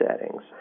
settings